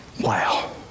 wow